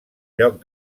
lloc